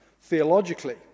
Theologically